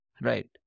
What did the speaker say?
Right